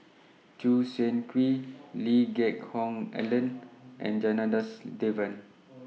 Choo Seng Quee Lee Geck Hoon Ellen and Janadas Devan